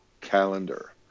calendar